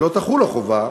ולא תחול החובה